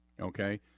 Okay